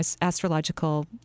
astrological